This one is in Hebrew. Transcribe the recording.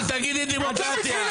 אל תגידי דמוקרטיה,